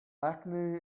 acne